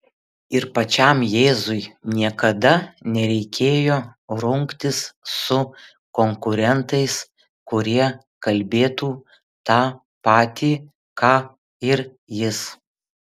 ir pačiam jėzui niekada nereikėjo rungtis su konkurentais kurie kalbėtų tą patį ką ir jis